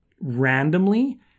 randomly